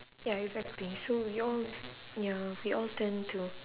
ya exactly so we all ya we all tend to